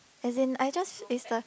as in I just is the